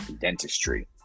dentistry